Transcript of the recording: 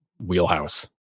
wheelhouse